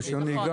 רישיון נהיגה.